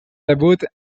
debut